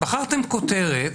בחרתם כותרת,